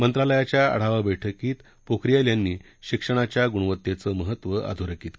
मंत्रालयाच्या आढावा बैठकीत पोखरियाल यांनी शिक्षणाच्या गुणवत्तेचं महत्त्व अधोरेखित केलं